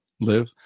live